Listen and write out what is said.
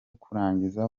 kurangiza